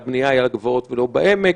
והבנייה היא על הגבעות ולא בעמק.